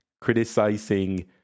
criticizing